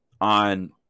on –